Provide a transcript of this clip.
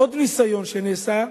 עוד ניסיון שנעשה,